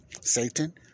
Satan